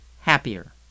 happier